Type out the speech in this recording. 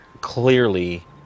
clearly